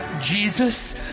Jesus